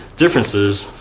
differences.